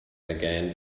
again